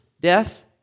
death